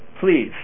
please